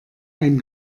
ein